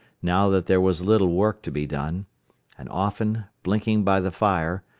now that there was little work to be done and often, blinking by the fire,